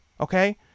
okay